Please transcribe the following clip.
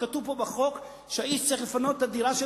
בחוק ההסדרים?